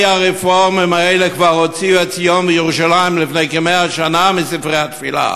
הרי הרפורמים האלה כבר הוציאו את יום ירושלים לפני כ-100 מספרי התפילה,